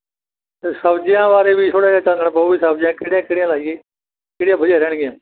ਅਤੇ ਸਬਜ਼ੀਆਂ ਬਾਰੇ ਵੀ ਥੋੜ੍ਹਾ ਜਿਹਾ ਚਾਨਣ ਪਾਓ ਵੀ ਸਬਜ਼ੀਆਂ ਕਿਹੜੀਆਂ ਕਿਹੜੀਆਂ ਲਾਈਏ ਕਿਹੜੀਆਂ ਵਧੀਆ ਰਹਿਣਗੀਆਂ